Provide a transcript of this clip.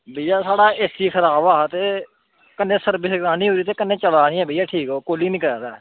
भेइया साढ़ा A C खराब हा ते कन्नै सर्विस करानी ओह्दी ते कन्नै चला दा निं भेइया ठीक ओह् कूल्लिंग निं करा दा ऐ